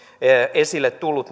esille tullut